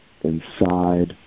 inside